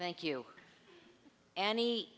thank you an